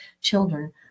children